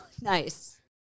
Nice